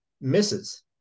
misses